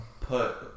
put